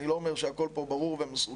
אני לא אומר שהכול פה ברור ומסודר,